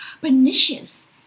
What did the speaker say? pernicious